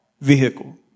vehicle